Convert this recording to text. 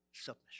Submission